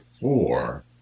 four